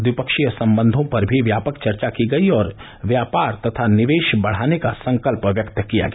द्विपक्षीय संबंधों पर भी व्यापक चर्चा की गई और व्यापार तथा निवेश बढाने का संकल्प व्यक्त किया गया